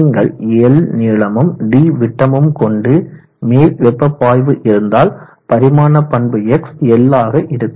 நீங்கள் l நீளமும் d விட்டமும் கொண்டு மேல் வெப்ப பாய்வு இருந்தால் பரிமாண பண்பு X l ஆக இருக்கும்